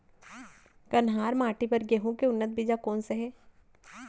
कन्हार माटी बर गेहूँ के उन्नत बीजा कोन से हे?